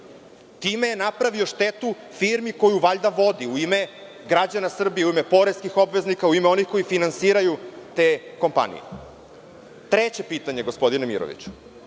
Time je napravio štetu firmi koju valjda vodi u ime građana Srbije, u ime poreskih obveznika, u ime onih koji finansiraju te kompanije. Treće pitanje gospodine Miroviću,